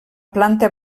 planta